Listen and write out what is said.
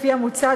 לפי המוצע,